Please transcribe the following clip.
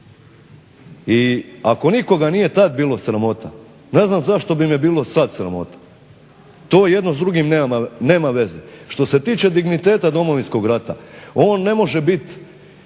I ako nikoga nije tad bilo sramota ne znam zašto bi me sad bilo sramota. To jedno s drugim nema veze. Što se tiče digniteta Domovinskog rata, on ne može bit